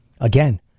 Again